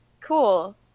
cool